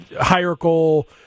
hierarchical